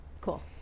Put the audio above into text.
cool